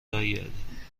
برگردیم